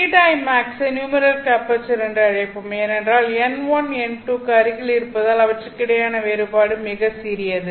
Θimax ஐ numerical aperture என்று அழைப்போம் ஏனென்றால் n1 n2 க்கு அருகில் இருப்பதால் அவற்றுக்கிடையேயான வேறுபாடு மிகச் சிறியது